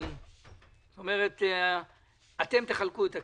זאת אומרת, אתם תחלקו את הכסף,